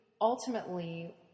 ultimately